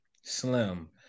slim